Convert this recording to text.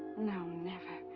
no, never!